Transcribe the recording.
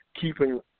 keeping